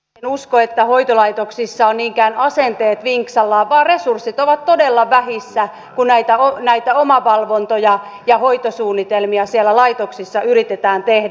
en usko että hoitolaitoksissa ovat niinkään asenteet vinksallaan vaan resurssit ovat todella vähissä kun näitä omavalvontoja ja hoitosuunnitelmia siellä laitoksissa yritetään tehdä